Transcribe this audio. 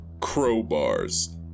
crowbars